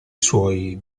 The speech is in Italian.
suoi